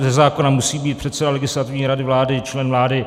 Ze zákona musí být předseda Legislativní rady vlády člen vlády.